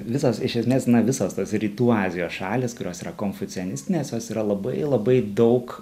visos iš esmės visos tos rytų azijos šalys kurios yra konfucianistinės jos yra labai labai daug